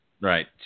Right